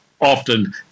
Often